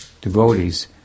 devotees